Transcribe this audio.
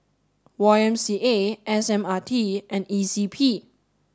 Y M C A S M R T and E C P